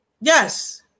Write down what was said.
Yes